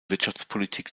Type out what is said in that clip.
wirtschaftspolitik